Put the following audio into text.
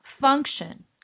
function